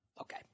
Okay